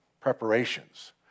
preparations